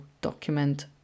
document